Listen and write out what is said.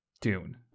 Dune